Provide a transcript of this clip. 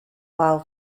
while